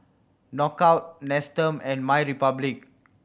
Knockout Nestum and MyRepublic